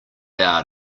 out